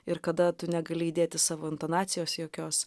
ir kada tu negali įdėti savo intonacijos jokios